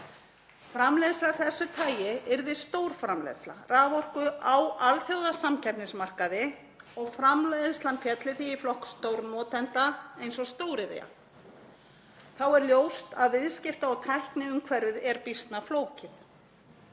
Framleiðsla af þessu tagi yrði stórframleiðsla raforku á alþjóðasamkeppnismarkaði og framleiðslan félli því í flokk stórnotenda eins og stóriðja. Þá er ljóst að viðskipta- og tækniumhverfið er býsna flókið.